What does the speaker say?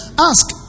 Ask